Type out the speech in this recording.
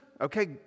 okay